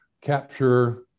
capture